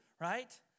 right